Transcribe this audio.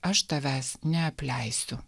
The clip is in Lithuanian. aš tavęs neapleisiu